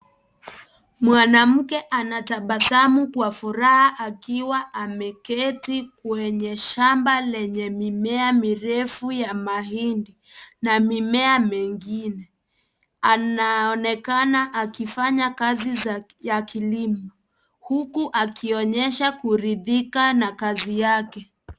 Mwanamke anatabasamu kwa furaha akiwa ameketi kwenye shamba lenye mimea refu ya mahindi Na mimea mengine. Anaonekana akifanya kazi ya kilimo. Huku akionyesha kurithika na kazi yake.